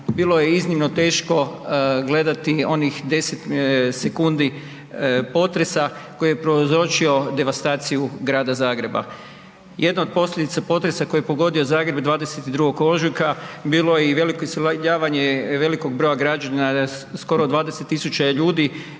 bilo je iznimno teško gledati onih 10 sekundi potresa koji je prouzročio devastaciju Grada Zagreba. Jedno od posljedica potresa koji je pogodio Zagreb 22. ožujka bilo je i veliko iseljavanje velikog broja građana, skoro 20 000 je ljudi